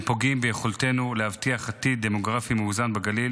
הם פוגעים ביכולתנו להבטיח עתיד דמוגרפי מאוזן בגליל